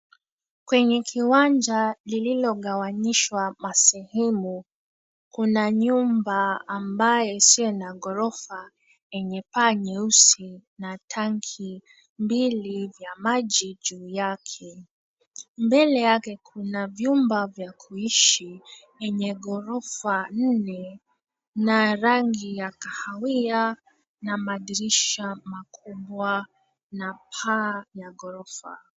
Kwenye kiwanja lililogawanyishwa masehemu, kuna nyumba ambayo isiyo na ghorofa yenye paa nyeusi na tanki mbili ya maji juu yake. Mbele yake kuna vyumba vya kuishi enye ghorofa nne na rangi ya kahawia na madirisha makubwa na paa ya ghorofa.